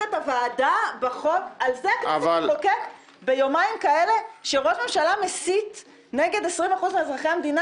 את זה הכנסת מחוקקת ביומיים בהם ראש הממשלה מסית נגד 20% מאזרחי המדינה?